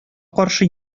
каршы